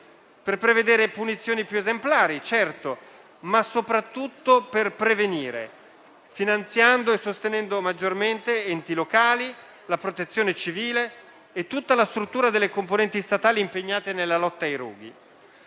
per prevedere punizioni più esemplari - certo - ma soprattutto per prevenire, finanziando e sostenendo maggiormente enti locali, la Protezione civile e tutta la struttura delle componenti statali impegnate nella lotta ai roghi.